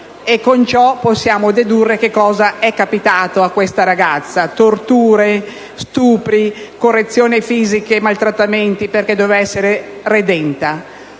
e possiamo dedurre che cosa è capitato a questa ragazza: torture, stupri, correzioni fisiche e maltrattamenti, perché doveva essere redenta.